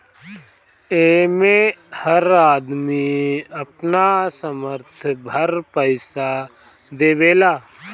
एमे हर आदमी अपना सामर्थ भर पईसा देवेला